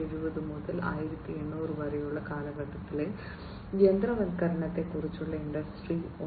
1770 മുതൽ 1800 വരെയുള്ള കാലഘട്ടത്തിലെ യന്ത്രവൽക്കരണത്തെ കുറിച്ചുള്ള ഇൻഡസ്ട്രി 1